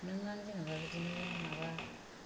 मोनबाबो जेनेबा बिदिनो जेनेबा